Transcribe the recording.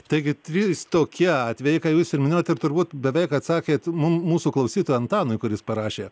taigi trys tokie atvejai ką jūs ir minėjot ir turbūt beveik atsakėt mum mūsų klausytojui antanui kuris parašė